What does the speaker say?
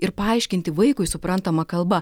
ir paaiškinti vaikui suprantama kalba